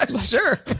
Sure